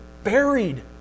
Buried